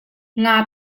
nga